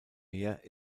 meer